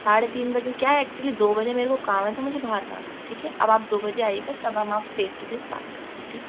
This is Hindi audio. साढ़े तीन बजे क्या है एक्चुली दो बजे मेरे को काम है तो मुझे बाहर जाना है ठीक है अब आप दो बजे आइएगा तब हम आप फ़ेस टू फ़ेस बात करते हैं ठीक